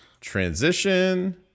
Transition